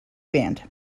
band